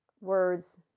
words